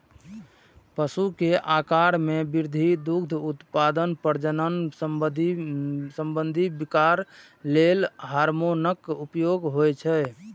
पशु के आाकार मे वृद्धि, दुग्ध उत्पादन, प्रजनन संबंधी विकार लेल हार्मोनक उपयोग होइ छै